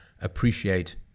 appreciate